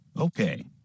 Okay